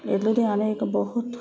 ਇਹ ਲੁਧਿਆਣੇ ਇੱਕ ਬਹੁਤ